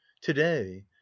Today